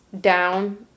down